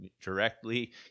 directly